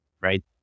right